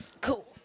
Cool